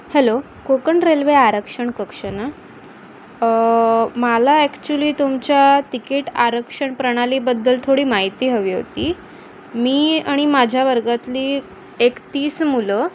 hello Konkan railway आरक्षण कक्ष ना मला ॲक्च्युली तुमच्या तिकीट आरक्षण प्रणालीबद्दल थोडी माहिती हवी होती मी आणि माझ्या वर्गातली एक तीस मुलं